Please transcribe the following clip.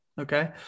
okay